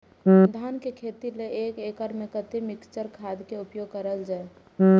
धान के खेती लय एक एकड़ में कते मिक्चर खाद के उपयोग करल जाय?